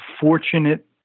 fortunate